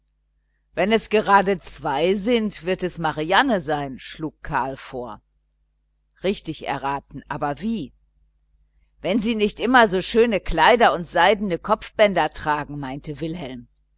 wenn es gerade zwei sind wird es marianne sein schlug karl vor richtig geraten aber wie wenn sie nicht immer so schöne kleider und seidene zopfbänder tragen meinte wilhelm